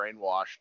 brainwashed